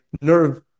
nerve